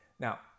Now